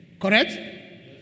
Correct